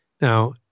Now